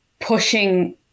pushing